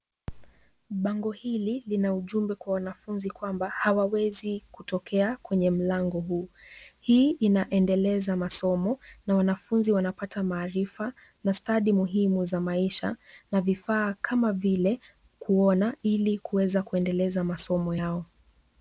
Bango hili lina ujumbe kwa wanafunzi kwamba hawawezi kutokea kwenye mlango huu. Hii inaendeleza masomo na wanafunzi wanapata maarifa na stadi muhimu za maisha, na vifaa kama vile kuona ili kuweza kuendeleza masomo yao.